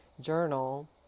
journal